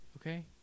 Okay